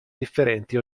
differenti